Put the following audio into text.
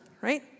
right